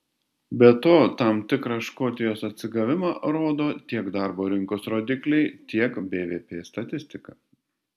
be to tam tikrą škotijos atsigavimą rodo tiek darbo rinkos rodikliai tiek bvp statistika